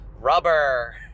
rubber